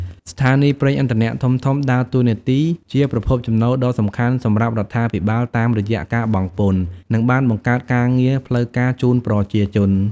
ស្ថានីយ៍ប្រេងឥន្ធនៈធំៗដើរតួនាទីជាប្រភពចំណូលដ៏សំខាន់សម្រាប់រដ្ឋាភិបាលតាមរយៈការបង់ពន្ធ ហើយបានបង្កើតការងារផ្លូវការជូនប្រជាជន។